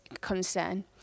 concern